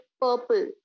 Purple